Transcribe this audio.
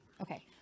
okay